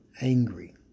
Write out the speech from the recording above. angry